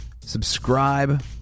subscribe